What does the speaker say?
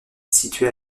situé